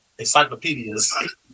Encyclopedias